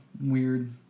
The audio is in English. weird